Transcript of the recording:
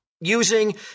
using